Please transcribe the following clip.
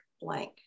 blank